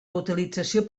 utilització